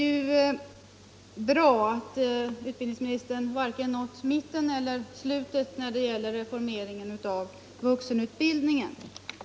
Det är bra att utbildningsministern varken nått mitten eller slutet när 91 det gäller reformeringen av vuxenutbildningen.